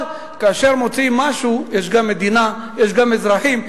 אבל כאשר מוצאים משהו, יש גם מדינה, יש גם אזרחים.